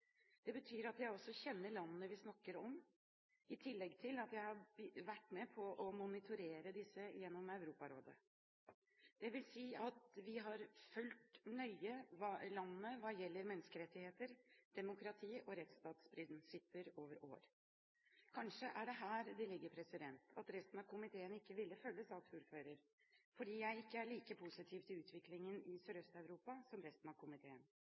Det betyr at jeg også kjenner landene vi snakker om, i tillegg til at jeg har vært med på å monitorere disse gjennom Europarådet. Det vil si at vi har fulgt landene nøye hva gjelder menneskerettigheter, demokrati og rettsstatsprinsipper over år. Kanskje er det her det ligger, at resten av komiteen ikke ville følge saksordføreren, fordi jeg ikke er like positiv til utviklingen i Sørøst-Europa som resten av komiteen.